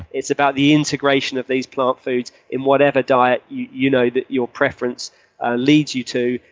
it's about the integration of these plant foods in whatever diet you know that your preference leads you to.